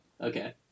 Okay